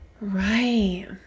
Right